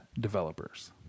developers